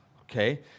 Okay